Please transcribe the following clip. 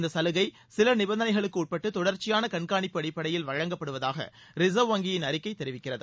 இந்தச் சலுகை சில நிபந்தனைகளுக்கு உட்பட்டு தொடர்க்சியான கண்காணிப்பு அடிப்படையில் வழங்கப்படுவதாக ரிசர்வ் வங்கியின் அறிக்கை தெரிவிக்கிறது